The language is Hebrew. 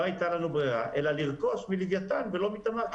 הייתה לנו ברירה אלא לרכוש מלווייתן ולא מתמר.